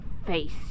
face